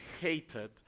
hated